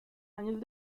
años